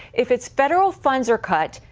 if it's federal funds are cut,